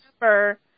remember